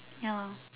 ya loh